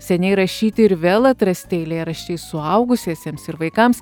seniai rašyti ir vėl atrasti eilėraščiai suaugusiesiems ir vaikams